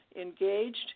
engaged